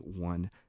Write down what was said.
one